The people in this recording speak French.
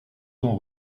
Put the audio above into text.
temps